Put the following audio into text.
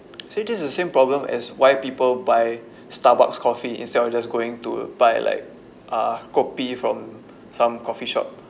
see this is the same problem as why people buy starbucks coffee instead of just going to buy like uh kopi from some coffee shop